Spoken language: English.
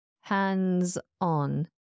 Hands-on